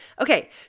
Okay